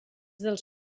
dels